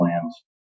plans